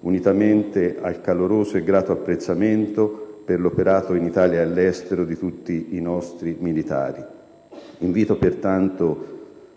unitamente al caloroso e grato apprezzamento per l'operato, in Italia e all'estero, di tutti i nostri militari. *(Generali applausi).* Invito pertanto